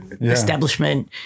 establishment